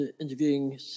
interviewing